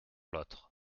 l’autre